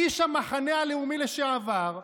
איש המחנה הלאומי לשעבר,